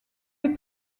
les